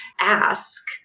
ask